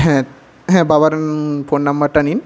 হ্যাঁ হ্যাঁ বাবার ফোন নম্বরটা নিন